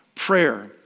prayer